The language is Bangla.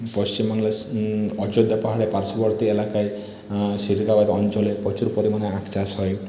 পশ্চিমবঙ্গের অযোধ্যা পাহাড়ে পার্শ্ববর্তী এলাকায় অঞ্চলে প্রচুর পরিমাণে আখ চাষ হয়